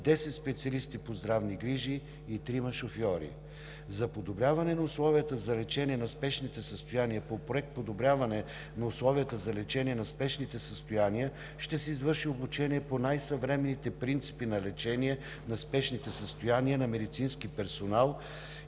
10 специалисти по здравни грижи и трима шофьори. За подобряване на условията за лечение на спешните състояния по Проект „Подобряване на условията за лечение на спешните състояния“ ще се извърши обучение по най-съвременните принципи на лечение на спешните състояния на медицинския персонал